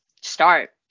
start